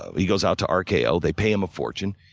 he goes out to um rko, they pay him a fortune.